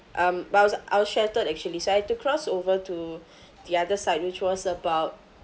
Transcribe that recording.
um but I was I was sheltered actually so I have to cross over to the other side which was about